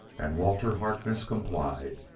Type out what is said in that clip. and walter harkness complied.